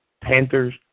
Panthers